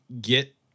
get